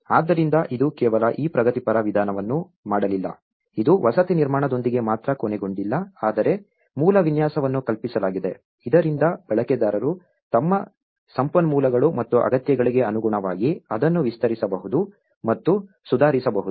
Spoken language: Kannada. ಆದ್ದರಿಂದ ಇದು ಕೇವಲ ಈ ಪ್ರಗತಿಪರ ವಿಧಾನವನ್ನು ಮಾಡಲಿಲ್ಲ ಇದು ವಸತಿ ನಿರ್ಮಾಣದೊಂದಿಗೆ ಮಾತ್ರ ಕೊನೆಗೊಂಡಿಲ್ಲ ಆದರೆ ಮೂಲ ವಿನ್ಯಾಸವನ್ನು ಕಲ್ಪಿಸಲಾಗಿದೆ ಇದರಿಂದ ಬಳಕೆದಾರರು ತಮ್ಮ ಸಂಪನ್ಮೂಲಗಳು ಮತ್ತು ಅಗತ್ಯಗಳಿಗೆ ಅನುಗುಣವಾಗಿ ಅದನ್ನು ವಿಸ್ತರಿಸಬಹುದು ಮತ್ತು ಸುಧಾರಿಸಬಹುದು